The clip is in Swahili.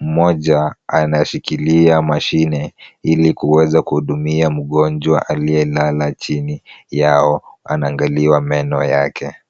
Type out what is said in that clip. Mmoja anashikilia mashine ili kuweza kuhudumia mgonjwa aliyelala chini yao anaangaliwa meno yake.